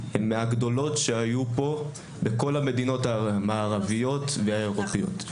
הן מהגדולות שהיו פה בכל המדינות המערביות והאירופאיות.